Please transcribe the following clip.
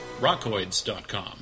rockoids.com